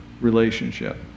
relationship